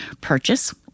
purchase